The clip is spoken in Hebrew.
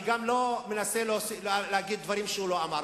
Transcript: אני גם לא מנסה להגיד דברים שהוא לא אמר.